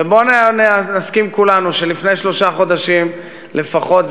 ובואו נסכים כולנו שלפני שלושה חודשים לפחות,